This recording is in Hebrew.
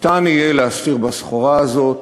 ניתן יהיה להסתיר בסחורה הזאת